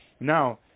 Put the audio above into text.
Now